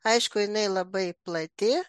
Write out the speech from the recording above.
aišku jinai labai plati